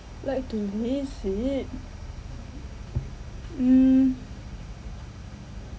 like to visit mm